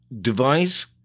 Device